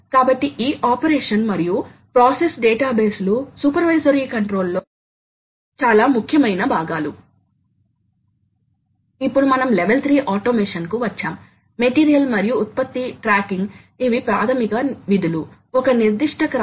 కాబట్టి ఇవి నకిలీ లోడ్ టార్క్ లు కాబట్టి బరువు కారణం గా మీకు ఘర్షణ ఉంది మీకు బేరింగ్ ప్రతిచర్య ఉంటుంది మరియు ఇది ప్రధాన శక్తి ఇదే కట్టింగ్ ఫోర్స్